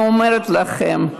אני אומרת לכם,